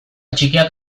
txikiak